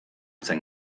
zen